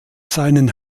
seinen